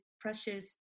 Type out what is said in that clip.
precious